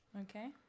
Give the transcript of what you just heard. Okay